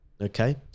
okay